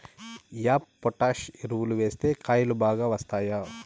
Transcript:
MOP potash ఎరువులు వేస్తే కాయలు బాగా వస్తాయా?